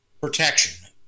Protection